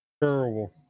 Terrible